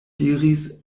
diris